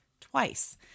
Twice